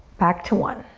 back to one,